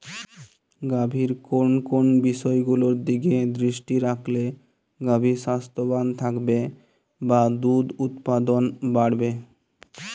গাভীর কোন কোন বিষয়গুলোর দিকে দৃষ্টি রাখলে গাভী স্বাস্থ্যবান থাকবে বা দুধ উৎপাদন বাড়বে?